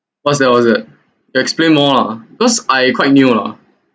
what's that what's that explain more lah because I quite new lah